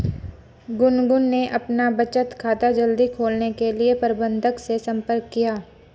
गुनगुन ने अपना बचत खाता जल्दी खोलने के लिए प्रबंधक से संपर्क किया